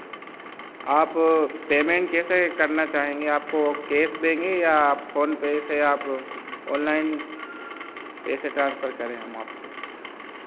आप पेमेंट कैसे करना चाहेंगे आपको कैश देंगे या फोनपे से आप ऑनलाइन पैसे ट्रांसफ़र करें हम आपको